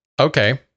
okay